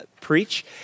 preach